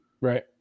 Right